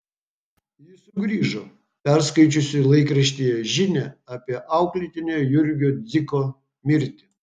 ji sugrįžo perskaičiusi laikraštyje žinią apie auklėtinio jurgio dziko mirtį